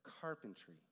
carpentry